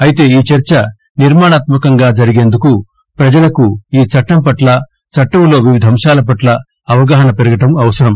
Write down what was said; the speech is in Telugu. అయితే ఈ చర్చ నిర్మాణాత్మ కంగా జరిగేందుకు ప్రజలకు ఈ చట్టం పట్లా చట్టంలో వివిధ అంశాల పట్లా అవగాహన పెరగడం అవసరం